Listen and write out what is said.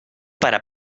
para